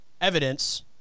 evidence